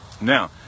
Now